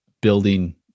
building